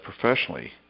professionally